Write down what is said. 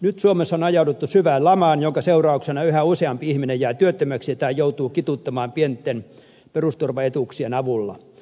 nyt suomessa on ajauduttu syvään lamaan jonka seurauksena yhä useampi ihminen jää työttömäksi tai joutuu kituuttamaan pienten perusturvaetuuksien avulla